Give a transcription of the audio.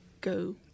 go